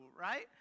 right